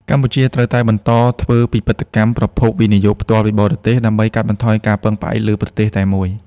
កម្ពុជាត្រូវតែបន្តធ្វើពិពិធកម្ម "ប្រភព វិនិយោគផ្ទាល់ពីបរទេស" ដើម្បីកាត់បន្ថយការពឹងផ្អែកលើប្រទេសតែមួយ។